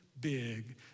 big